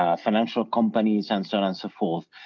ah financial companies and so on and so forth,